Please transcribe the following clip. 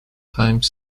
time